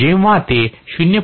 जेव्हा ते 0